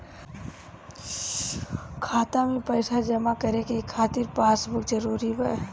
खाता में पईसा पता करे के खातिर पासबुक जरूरी बा?